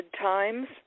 times